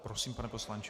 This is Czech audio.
Prosím, pane poslanče.